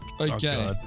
Okay